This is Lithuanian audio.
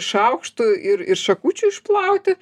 šaukštų ir ir šakučių išplauti